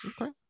Okay